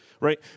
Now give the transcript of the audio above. right